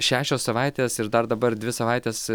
šešios savaitės ir dar dabar dvi savaitės